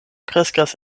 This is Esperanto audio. kreskas